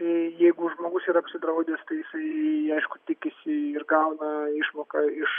jeigu žmogus yra apsidraudęs tai jisai aišku tikisi ir gauna išmoką iš